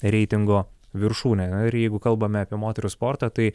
reitingo viršūnę ir jeigu kalbame apie moterų sportą tai